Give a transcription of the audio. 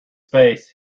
face